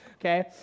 okay